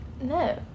No